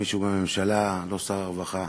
מישהו מהממשלה, לא שר הרווחה.